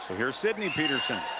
here's sidney petersen.